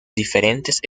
diferentes